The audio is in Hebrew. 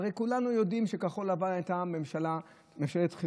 הרי כולנו יודעים שכחול לבן הייתה ממשלת חירום,